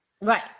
Right